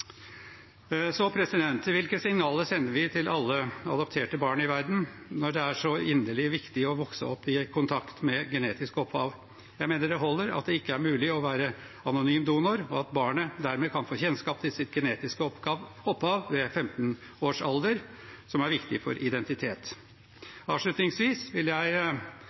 Hvilke signaler sender vi til alle adopterte barn i verden når det er så inderlig viktig å vokse opp i kontakt med genetisk opphav? Jeg mener det holder at det ikke er mulig å være anonym donor, og at barnet dermed kan få kjennskap til sitt genetiske opphav ved 15-årsalder, som er viktig for identitet. Avslutningsvis vil jeg